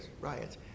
riots